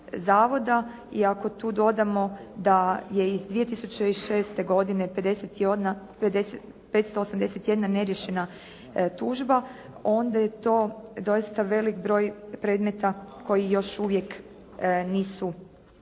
i ako tu dodamo da je iz 2006. godine 581 neriješena tužba, onda je to doista velik broj predmeta koji još uvijek nisu riješeni.